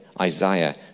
Isaiah